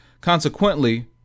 Consequently